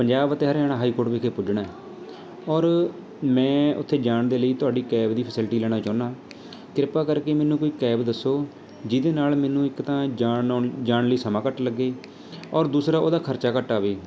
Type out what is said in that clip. ਪੰਜਾਬ ਅਤੇ Haryana high court ਵਿਖੇ ਪੁੱਜਣਾ ਹੈ ਔਰ ਮੈਂ ਉੱਥੇ ਜਾਣ ਦੇ ਲਈ ਤੁਹਾਡੀ ਕੈਬ ਦੀ ਫੈਸਿਲਿਟੀ ਲੈਣਾ ਚਾਹੁੰਦਾ ਕਿਰਪਾ ਕਰਕੇ ਮੈਨੂੰ ਕੋਈ ਕੈਬ ਦੱਸੋ ਜਿਹਦੇ ਨਾਲ਼ ਮੈਨੂੰ ਇੱਕ ਤਾਂ ਜਾਣ ਆਉਣ ਜਾਣ ਲਈ ਸਮਾਂ ਘੱਟ ਲੱਗੇ ਔਰ ਦੂਸਰਾ ਉਹਦਾ ਖਰਚਾ ਘੱਟ ਆਵੇ